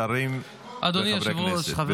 שרים וחברי כנסת.